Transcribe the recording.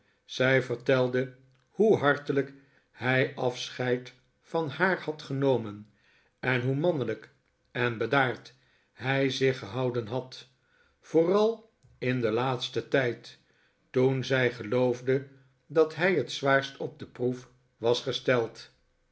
zij vertelde hoe hartelijk hij afscheid van haar had genomen en hoe mannelijk en bedaard hij zich gehouden had vooral in den laatsten tijd toen zij geloofde dat hij het zwaarst op de proef was gesteld